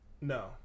No